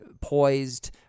poised